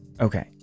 Okay